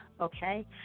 Okay